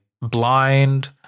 blind